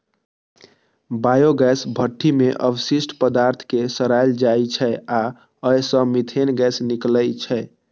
biogas भट्ठी मे अवशिष्ट पदार्थ कें सड़ाएल जाइ छै आ अय सं मीथेन गैस निकलै छै